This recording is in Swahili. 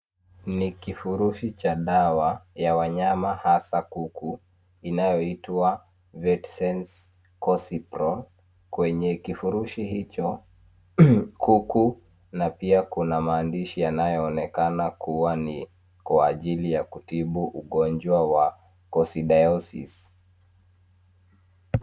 Ni kifurushi cha dawa ya wanyama hasa kuku, inayoitwa Vetsense Cocciprol. Kwenye kifurushi hicho, kuku na pia kuna maandishi yanayoonekana kuwa ni kwa ajili ya kutibu ugonjwa wa coccidiosis .